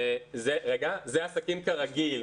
זה עסקים כרגיל.